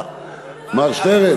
מר שטרן.